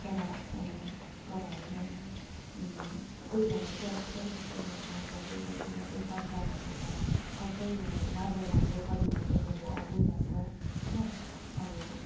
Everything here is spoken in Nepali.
तर तर होइन अब त्यही भएर चाहिँ अब बिस्तारी बिस्तारी अब गर्दै गर्दै गर्दै संसारमा सबै अब राम्रो राम्रो परिवर्तनहरू आउँदै जान्छ होइन अब